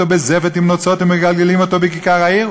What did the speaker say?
בזפת עם נוצות והיו מגלגלים אותו בכיכר העיר,